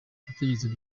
ibitekerezo